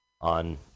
on